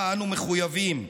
שאנו מחויבים לה,